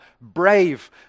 brave